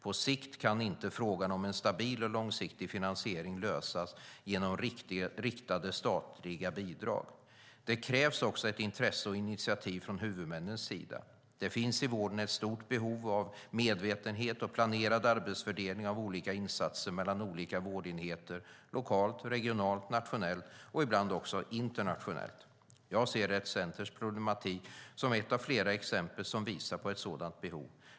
På sikt kan inte frågan om en stabil och långsiktig finansiering lösas genom riktade statliga bidrag. Det krävs också intresse och initiativ från huvudmännens sida. Det finns i vården ett stort behov av medvetenhet och planerad arbetsfördelning av olika insatser mellan olika vårdenheter - lokalt, regionalt, nationellt och ibland också internationellt. Jag ser Rett Centers problematik som ett av flera exempel som visar på ett sådant behov.